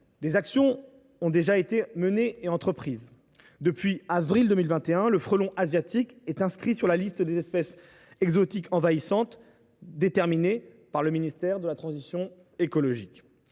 des actions ont déjà été entreprises. Depuis avril 2021, le frelon asiatique est inscrit sur la liste des espèces exotiques envahissantes EEE fixée par le ministère de la transition écologique.